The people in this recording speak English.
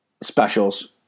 specials